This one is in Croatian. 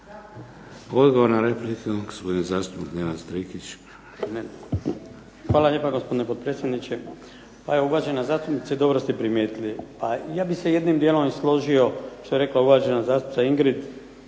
Odgovor na repliku, gospodin zastupnik Nenad Strikić. **Strikić, Nedjeljko (HDZ)** Hvala lijepa, gospodine potpredsjedniče. Pa evo uvažena zastupnice dobro ste primijetili, a ja bih se jednim dijelom složio što je rekla uvažena zastupnica Ingrid